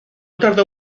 tardó